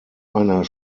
einer